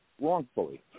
wrongfully